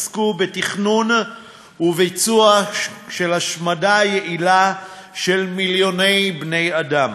עסקו בתכנון ובביצוע של השמדה יעילה של מיליוני בני-אדם?